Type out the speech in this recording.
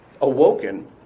awoken